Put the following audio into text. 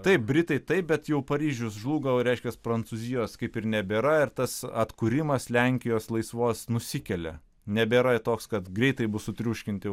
taip britai taip bet jau paryžius žlugo reiškias prancūzijos kaip ir nebėra ir tas atkūrimas lenkijos laisvos nusikelia nebėra toks kad greitai bus sutriuškinti